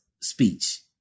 speech